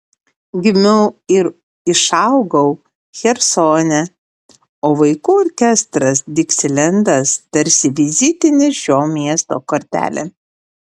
gimiau ir išaugau chersone o vaikų orkestras diksilendas tarsi vizitinė šio miesto kortelė